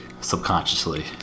subconsciously